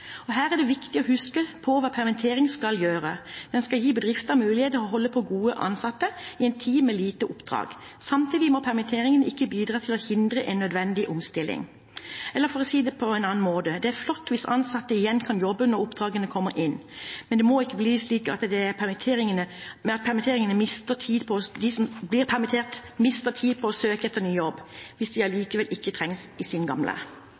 Her er det viktig å huske på hva permittering skal gjøre. Den skal gi bedrifter mulighet til å holde på gode ansatte i en tid med lite oppdrag. Samtidig må permitteringen ikke bidra til å hindre en nødvendig omstilling. Eller for å si det på en annen måte: Det er flott hvis ansatte igjen kan jobbe når oppdragene kommer inn. Men det må ikke bli slik at de som er permittert, mister tid på å søke etter ny jobb hvis de allikevel ikke trengs i sin gamle.